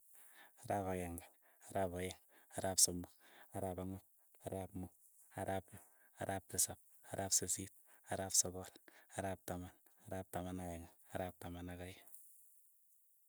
Ara'ap ageng'e, ara'ap aeng', ara'ap somok, ara'ap, arap ang'wan, ara'ap muut, ara'ap loo, ara'ap tisap, ara'ap, sisiit, ara'ap sogol, ara'ap taman, ara'ap taman ak aeng'e, ara'ap taman ak aeng'.